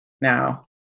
now